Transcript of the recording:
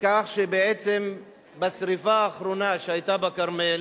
כך שבעצם בשרפה האחרונה שהיתה בכרמל,